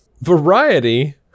Variety